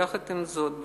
יחד עם זאת,